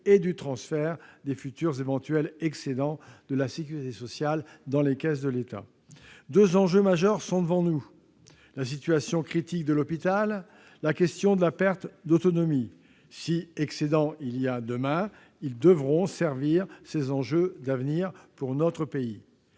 et du transfert des éventuels futurs excédents de la sécurité sociale vers les caisses de l'État. Deux problèmes majeurs sont devant nous : la situation critique de l'hôpital et la question de la perte d'autonomie. Si excédents il y a demain, ceux-ci devront être consacrés à ces enjeux d'avenir pour notre pays.